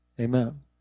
Amen